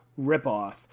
ripoff